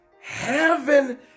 heaven